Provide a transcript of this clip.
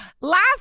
last